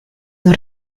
non